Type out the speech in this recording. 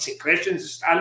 questions